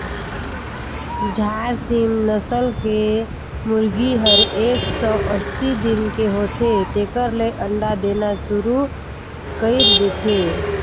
झारसिम नसल के मुरगी हर एक सौ अस्सी दिन के होथे तेकर ले अंडा देना सुरु कईर देथे